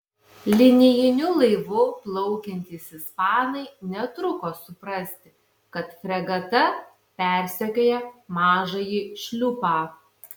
linijiniu laivu plaukiantys ispanai netruko suprasti kad fregata persekioja mažąjį šliupą